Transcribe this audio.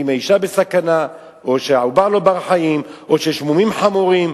אם האשה בסכנה או שהעובר לא בר-חיים או שיש מומים חמורים.